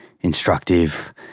instructive